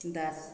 Das